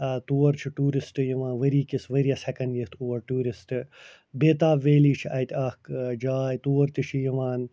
تور چھِ ٹیٛوٗرسٹہٕ یِوان ؤری کِس ؤرۍیَس ہٮ۪کن یِتھ اور ٹیٛوٗرسٹہٕ بےتاب ویلی چھِ اَتہِ اَکھ جاے تور تہِ چھِ یِوان